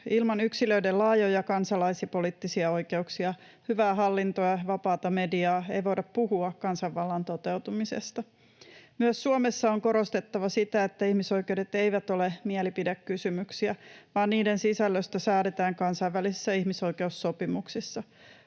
Ilman yksilöiden laajoja kansalais‑ ja poliittisia oikeuksia, hyvää hallintoa ja vapaata mediaa ei voida puhua kansanvallan toteutumisesta. Myös Suomessa on korostettava sitä, että ihmisoikeudet eivät ole mielipidekysymyksiä vaan niiden sisällöstä säädetään kansainvälisissä ihmisoikeussopimuksissa.